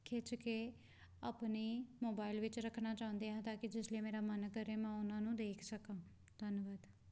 ਖਿੱਚ ਕੇ ਆਪਣੀ ਮੋਬਾਇਲ ਵਿੱਚ ਰੱਖਣਾ ਚਾਹੁੰਦੀ ਹਾਂ ਤਾਂ ਕਿ ਜਿਸ ਵੇਲੇ ਮੇਰਾ ਮਨ ਕਰੇ ਮੈਂ ਉਹਨਾਂ ਨੂੰ ਦੇਖ ਸਕਾਂ ਧੰਨਵਾਦ